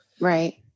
Right